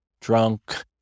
drunk